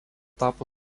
tapo